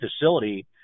facility